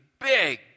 big